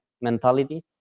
mentality